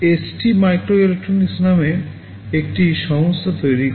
এটি ST microelectronics নামে একটি সংস্থা তৈরি করে